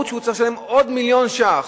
הוא צריך לשלם עוד מיליון שקלים,